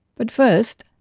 but first,